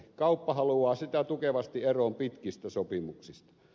kauppa haluaa sitä tukevasti eroon pitkistä sopimuksista